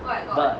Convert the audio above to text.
but